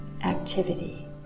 activity